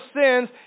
sins